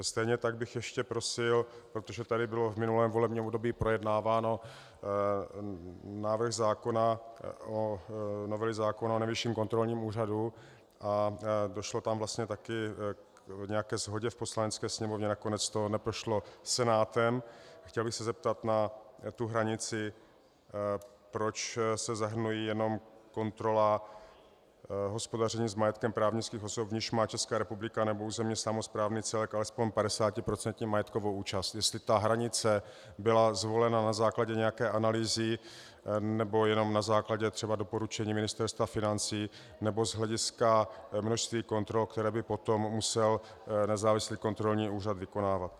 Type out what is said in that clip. Stejně tak bych ještě prosil, protože tady byl v minulém volebním období projednáván návrh novely zákona o Nejvyšším kontrolním úřadu a došlo tam vlastně také k nějaké shodě v Poslanecké sněmovně, nakonec to neprošlo Senátem, chtěl bych se zeptat na hranici, proč se zahrnuje jenom kontrola hospodaření s majetkem právnických osob, v nichž má Česká republika nebo územně samosprávný celek alespoň padesátiprocentní majetkovou účast, jestli ta hranice byla zvolena na základě nějaké analýzy, nebo jenom na základě třeba doporučení Ministerstva financí, nebo z hlediska množství kontrol, které by potom musel nezávislý kontrolní úřad vykonávat.